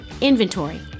inventory